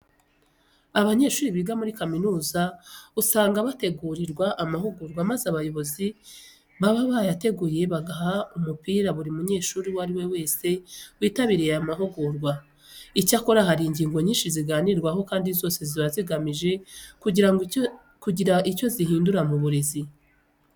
Abanyeshuri biga muri kaminuza usanga bategurirwa amahugurwa maze abayobozi baba bayateguye bagaha umupira buri munyeshuri uwo ari we wese witabiriye ayo mahugurwa. Icyakora hari ingingo nyinshi ziganirwaho kandi zose ziba zigamije kugira icyo zihindura mu burezi.